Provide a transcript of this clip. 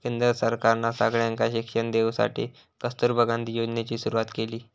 केंद्र सरकारना सगळ्यांका शिक्षण देवसाठी कस्तूरबा गांधी योजनेची सुरवात केली